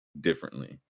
differently